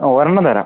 ആ ഒരെണ്ണം തരാം